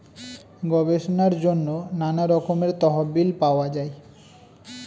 গবেষণার জন্য নানা রকমের তহবিল পাওয়া যায়